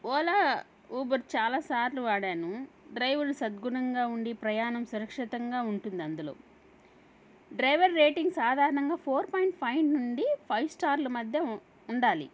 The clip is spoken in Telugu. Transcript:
ఓలా ఊబర్ చాలా సార్లు వాడాను డ్రైవర్లు సద్గుణంగా ఉండి ప్రయాణం సురక్షితంగా ఉంటుంది అందులో డ్రైవర్ రేటింగ్ సాధారణంగా ఫోర్ పాయింట్ ఫైవ్ నుండి ఫైవ్ స్టార్లు మధ్య ఉండాలి